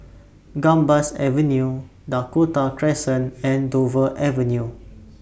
Gambas Avenue Dakota Crescent and Dover Avenue